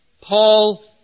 Paul